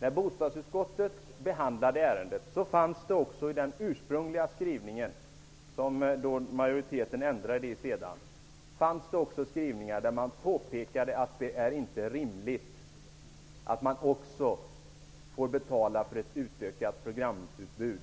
När bostadsutskottet behandlade ärendet påpekade man att det inte är rimligt att en bostadsrättshavare också måste betala för ett utökat programutbud,